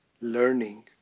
learning